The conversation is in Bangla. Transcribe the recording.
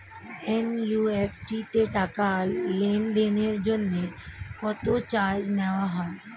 এন.ই.এফ.টি তে টাকা লেনদেনের জন্য কত চার্জ নেয়া হয়?